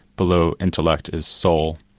below intellect is soul,